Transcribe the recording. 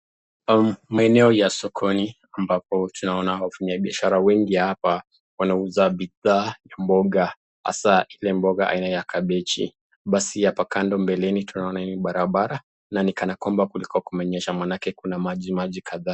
meneo ya sokoni hii ambapo tunaona wafanyabiashara wengi hapa wanauza bidhaa ya mboga hasa ile mboga aina ya kabechi. Basi hapa kando mbeleni tunaona hii barabara na ni kana kwamba kulikuwa kumenyesha maanake kuna maji maji kadha.